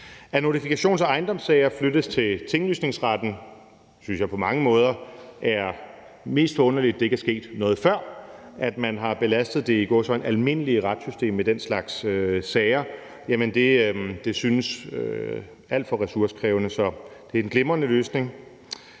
at notifikations- og ejendomssager flyttes til Tinglysningsretten, synes jeg på mange måder, det er mest forunderligt, at det ikke er sket noget før. At man har belastet det – i gåseøjne – almindelige retssystem med den slags sager, synes alt for ressourcekrævende, så det er en glimrende løsning.